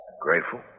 Grateful